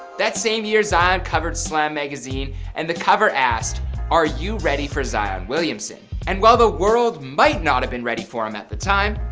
that same year, zion covered slam magazine and the cover asked are you ready for zion williamson? and while the world might not have been ready um at the time,